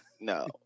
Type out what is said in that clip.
No